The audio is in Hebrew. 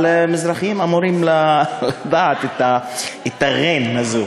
אבל מזרחים אמורים לדעת את הע'ין הזאת,